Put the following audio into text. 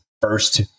first